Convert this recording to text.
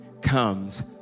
comes